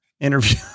interview